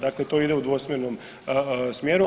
Dakle, to ide u dvosmjernom smjeru.